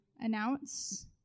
announce